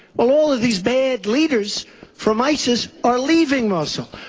all all of these bad leaders from isis are leaving mosul.